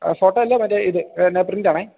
photo അല്ല മറ്റേ ഇത് എന്നാ പ്രിന്റാണ്